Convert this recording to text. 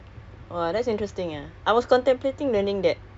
so ya not not if you see